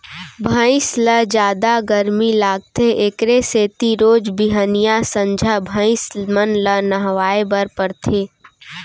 भइंस ल गरमी जादा लागथे एकरे सेती रोज बिहनियॉं, संझा भइंस मन ल नहवाए बर परथे